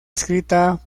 escrita